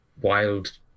wild